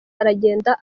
aragenda